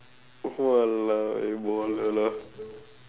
!walao! eh baller lah